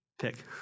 pick